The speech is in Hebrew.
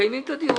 ומקיימים את הדיון.